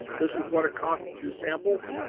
this is what it costs to do samples.